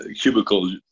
cubicle